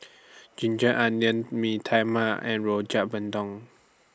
Ginger Onions Mee Tai Mak and Rojak Bandung